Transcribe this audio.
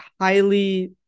highly